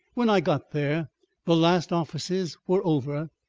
when i got there the last offices were over,